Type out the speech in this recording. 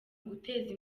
guteza